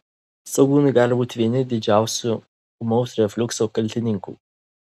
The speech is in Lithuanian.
svogūnai gali būti vieni didžiausių ūmaus refliukso kaltininkų